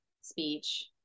speech